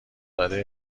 داده